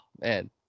man